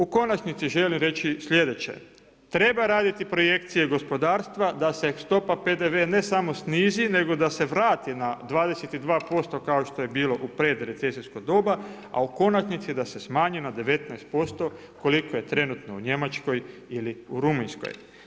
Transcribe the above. U konačnici želim reći sljedeće, treba raditi projekcije gospodarstva da se stopa PDV ne samo snizi nego da se vrati na 22% kao što je bilo u predrecesijsko doba, a u konačnici da se smanji na 19% koliko je trenutno u Njemačkoj ili u Rumunjskoj.